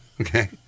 Okay